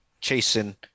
chasing